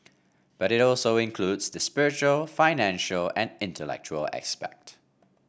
but it also includes the spiritual financial and intellectual aspect